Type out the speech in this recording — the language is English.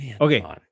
Okay